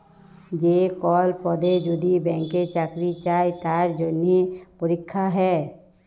যে কল পদে যদি ব্যাংকে চাকরি চাই তার জনহে পরীক্ষা হ্যয়